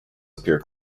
appear